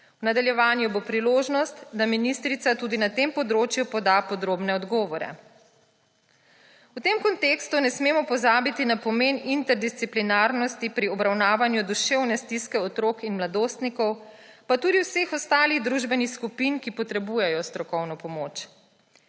V nadaljevanju bo priložnost, da ministrica tudi na tem področju poda podrobne odgovore. V tem kontekstu ne smemo pozabiti na pomen interdisciplinarnosti pri obravnavanju duševne stiske otrok in mladostnikov pa tudi vseh ostalih družbenih skupin, ki potrebujejo strokovno pomoč.